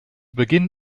beginn